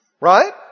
right